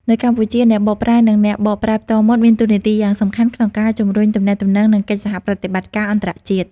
នៅកម្ពុជា អ្នកបកប្រែ និងអ្នកបកប្រែផ្ទាល់មាត់មានតួនាទីយ៉ាងសំខាន់ក្នុងការជំរុញទំនាក់ទំនង និងកិច្ចសហប្រតិបត្តិការអន្តរជាតិ។